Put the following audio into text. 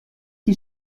die